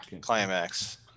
Climax